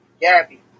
Gabby